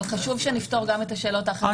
אבל חשוב שנפתור גם את השאלות האחרות,